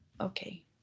Okay